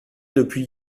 depuis